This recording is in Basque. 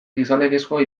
gizalegezkoa